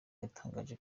yatangaje